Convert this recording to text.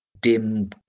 dim